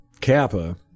Kappa